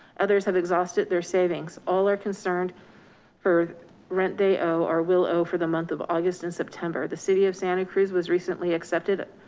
others have exhausted their savings, all are concerned for rent they owe, or will owe for the month of august and september. the city of santa cruz was recently accepted.